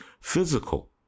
physical